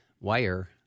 wire